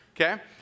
okay